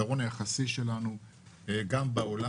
היתרון היחסי שלנו גם בעולם,